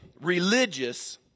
religious